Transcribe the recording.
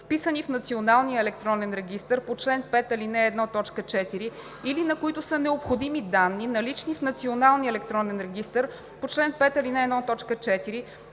вписани в националния електронен регистър по чл. 5, ал. 1, т. 4, или на които са необходими данни, налични в националния електронен регистър по чл. 5, ал. 1, т. 4,